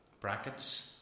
Brackets